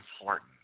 important